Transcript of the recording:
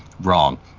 wrong